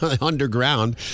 underground